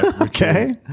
Okay